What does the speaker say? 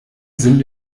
sind